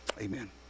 Amen